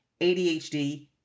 ADHD